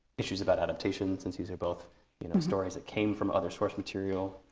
issues about adaptations since these are both you know stories that came from other source material,